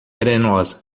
arenosa